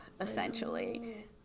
essentially